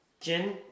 gin